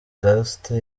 vedaste